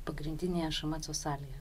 pagrindinėje šmc salėje